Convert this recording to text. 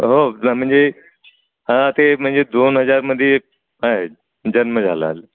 हो म्हणजे हां ते म्हणजे दोन हजारमध्ये आहे जन्म झाला